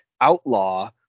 outlaw